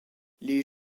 les